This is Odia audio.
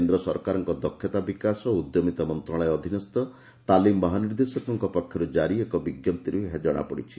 କେନ୍ଦ୍ ସରକାରଙ୍କ ଦକ୍ଷତା ବିକାଶ ଓ ଉଦ୍ୟମିତା ମନ୍ତଶାଳୟ ଅଧୀନସ୍ଥ ତାଲିମ ମହାନିର୍ଦ୍ଦେଶକଙ୍କ ପକ୍ଷର୍ ଜାରି ଏକ ବିଙ୍କପ୍ତିରୁ ଏହା ଜଣାପଡ଼ିଛି